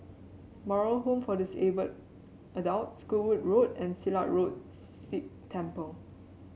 Moral Home for Disabled Adults Goodwood Road and Silat Road Sikh Temple